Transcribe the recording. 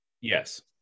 Yes